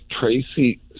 Tracy